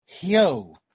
yo